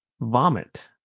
vomit